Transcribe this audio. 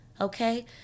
okay